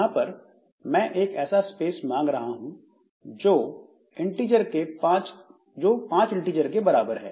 यहां पर मैं एक ऐसा स्पेस मांग रहा हूं जो 5 इन्टिजर के बराबर है